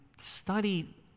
study